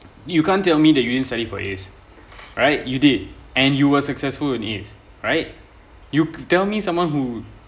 you can't tell me that you didn't study for A's right you did and you were successful in is right you tell me someone who